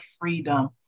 freedom